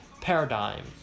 paradigm